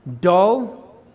dull